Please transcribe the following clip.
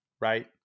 right